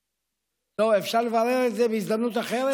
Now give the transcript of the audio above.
לא, אפשר לברר את זה בהזדמנות אחרת?